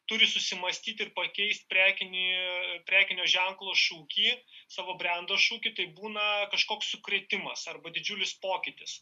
turi susimąstyti ir pakeist prekinį prekinio ženklo šūkį savo brendo šūkį tai būna kažkoks sukrėtimas arba didžiulis pokytis